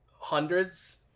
hundreds